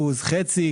חצי,